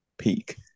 peak